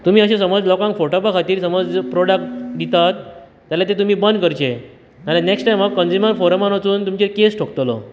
तुमी अशे समज लोकांक फटोवपा खातीर समज प्रोडक्ट दितात जाल्यार ते तुमी बंद करचे नाल्यार नेकस्ट टाय्म हांव क्नज्युमर फोर्रमान वोचोन कॅस ठोकतलो